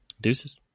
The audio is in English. Deuces